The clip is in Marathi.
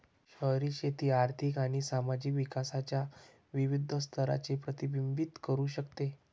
शहरी शेती आर्थिक आणि सामाजिक विकासाच्या विविध स्तरांचे प्रतिबिंबित करू शकते